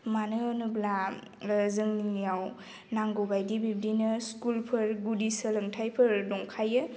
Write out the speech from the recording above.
मानो होनोब्ला जोंनियाव नांगौबायदि बिब्दिनो स्कुलफोर गुदि सोलोंथाइफोर दंखायो